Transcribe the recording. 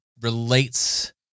relates